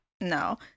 no